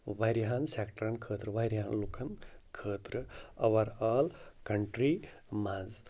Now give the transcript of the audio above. واریاہَن سٮ۪کٹرَن خٲطرٕ واریاہَن لُکَن خٲطرٕ اوٚوَر آل کَنٹِرٛی منٛز